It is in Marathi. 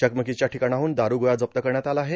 चकमकीच्या ठिकाणाहून दारूगोळा जप्त करण्यात आला आहे